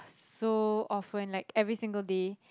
so often like every single day